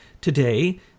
today